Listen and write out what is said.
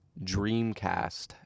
Dreamcast